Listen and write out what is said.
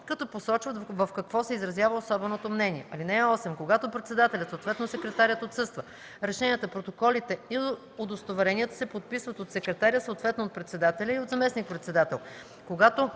като посочват в какво се изразява особеното мнение. (8) Когато председателят, съответно секретарят отсъства, решенията, протоколите и удостоверенията се подписват от секретаря, съответно от председателя и от заместник-председател.